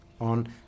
on